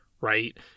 right